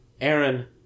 Aaron